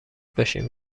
باشیم